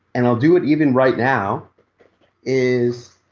and i'll do it even right now is,